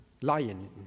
lion